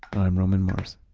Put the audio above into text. i'm roman mars